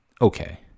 Okay